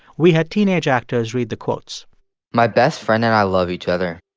we had teenage actors read the quotes my best friend and i love each other.